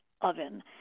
oven